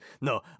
No